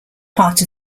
part